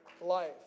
life